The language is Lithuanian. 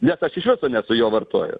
nes aš iš viso nesu jo vartojęs